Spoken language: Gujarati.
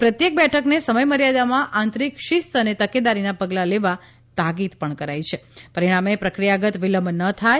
પ્રત્યેક બેઠકને સમયમર્યાદામાં આંતરિક શિસ્ત અને તકેદારીનાં પગલાં લેવા તાકીદ કરાઇ છે પરિણામે પ્રક્રિયાગત વિલંબ ન થાય